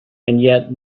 yet